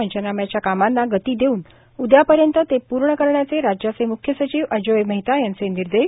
पंचनाम्याच्या कामांना गती देऊन उद्यापर्यंत ते पूर्ण करण्याचे राज्याचे म्ख्य सचिव अजोय मेहता यांचे निर्देश